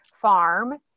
farm